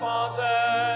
Father